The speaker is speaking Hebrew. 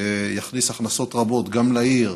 שיכניס הכנסות רבות, גם לעיר,